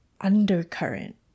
undercurrent